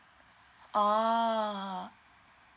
oh